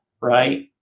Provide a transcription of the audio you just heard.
right